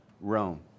Rome